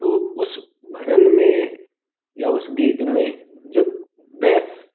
तो उस भजन में या उस गीत में जो बैस